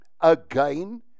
again